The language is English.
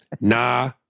Nah